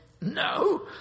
no